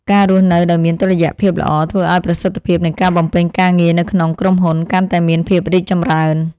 ការរស់នៅដោយមានតុល្យភាពល្អ ធ្វើឱ្យប្រសិទ្ធភាពនៃការបំពេញការងារនៅក្នុងក្រុមហ៊ុនកាន់តែមានភាពរីកចម្រើន។